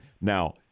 Now